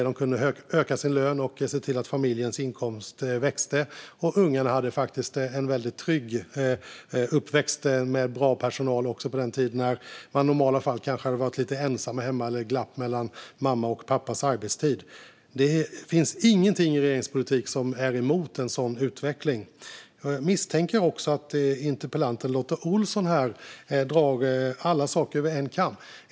De kunde då öka sin lön och se till att familjens inkomst växte, och ungarna hade faktiskt en väldigt trygg uppväxt med bra personal också vid den tid då de annars skulle ha varit ensamma hemma i ett glapp mellan pappas och mammas arbetstid. Det finns inget i regeringens politik som är emot en sådan utveckling. Jag misstänker också att interpellanten Lotta Olsson drar alla saker över en kam.